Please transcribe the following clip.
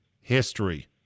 history